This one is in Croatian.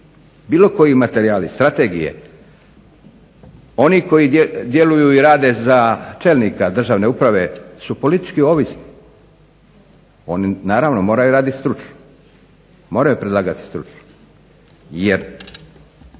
bilo koji materijali, strategije oni koji djeluju i rade za čelnika državne uprave su politički ovisni. Naravno moraju raditi stručno, moraju predlagati stručno.